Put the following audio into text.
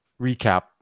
recap